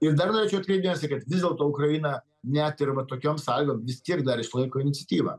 ir dar norėčiau atkreipt dėmesį kad vis dėlto ukraina net ir va tokiom sąlygom vis tiek dar išlaiko iniciatyvą